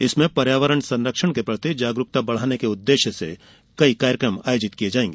इसमें पर्यावरण के संरक्षण के प्रति जागरूकता बढ़ाने के उद्देश्य से कई कार्यक्रम आयोजित किये जाएंगे